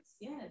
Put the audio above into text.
yes